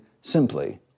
simply